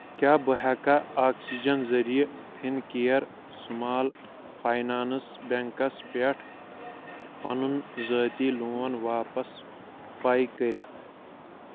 کیٛاہ بہٕ ہیٚکا آکسِجن ذٔریعہٕ Fincare small finance banks پٮ۪ٹھ پَنُن ذٲتی لون واپس پاے کٔرِتھ؟